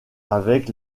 avec